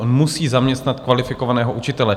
On musí zaměstnat kvalifikovaného učitele.